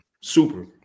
super